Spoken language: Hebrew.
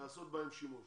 לעשות בהן שימוש?